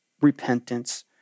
repentance